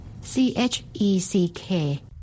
C-H-E-C-K